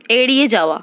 এড়িয়ে যাওয়া